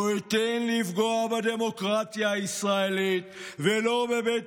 לא אתן לפגוע בדמוקרטיה הישראלית ולא בבית